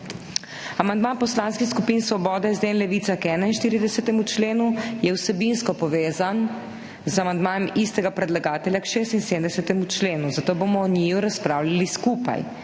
Amandma poslanskih skupin Svoboda, SD in Levica k 41. členu je vsebinsko povezan z amandmajem istega predlagatelja k 76. členu, zato bomo o njiju razpravljali skupaj.